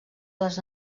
les